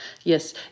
Yes